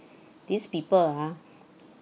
these people ah